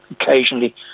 occasionally